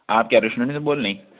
آپ کیا ریسٹورینٹ سے بول رہی رہیں